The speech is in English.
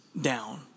down